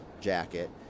jacket